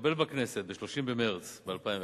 שהתקבל בכנסת ב-30 במרס 2011